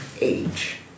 age